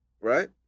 right